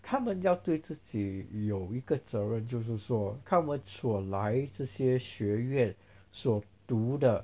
他们要对自己有一个责任就是说他们所来这些学院所读的